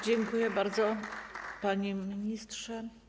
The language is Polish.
Dziękuję bardzo, panie ministrze.